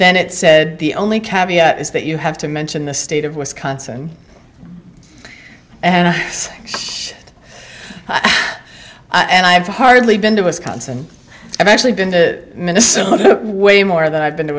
then it said the only caveat is that you have to mention the state of wisconsin and it's and i've hardly been to his concent i've actually been to minnesota way more than i've been to